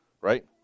right